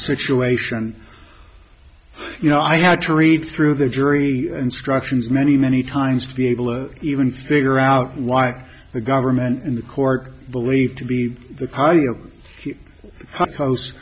situation you know i had to read through the jury instructions many many times to be able or even figure out why the government and the court believed to be the c